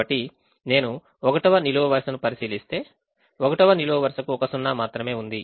కాబట్టి నేను 1వ నిలువు వరుసను పరిశీలిస్తే 1వ నిలువు వరుసకు ఒక సున్నా మాత్రమే ఉంది